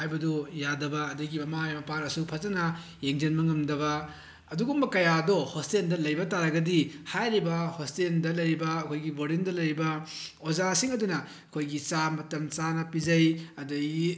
ꯍꯥꯏꯕꯗꯣ ꯌꯥꯗꯕ ꯑꯗꯒꯤ ꯃꯃꯥ ꯃꯄꯥꯅꯁꯨ ꯐꯖꯅ ꯌꯦꯡꯁꯤꯟꯕ ꯉꯝꯗꯕ ꯑꯗꯨꯒꯨꯝꯕ ꯀꯌꯥꯗꯣ ꯍꯣꯁꯇꯦꯜꯗ ꯂꯩꯕ ꯇꯥꯔꯒꯗꯤ ꯍꯥꯏꯔꯤꯕ ꯍꯣꯁꯇꯦꯜꯗ ꯂꯩꯔꯤꯕ ꯑꯩꯈꯣꯏꯒꯤ ꯕꯣꯔꯗꯤꯡꯗ ꯂꯩꯔꯤꯕ ꯑꯣꯖꯥꯁꯤꯡ ꯑꯗꯨꯅ ꯑꯩꯈꯣꯏꯒꯤ ꯆꯥꯛ ꯃꯇꯝꯆꯥꯅ ꯄꯤꯖꯩ ꯑꯗꯒꯤ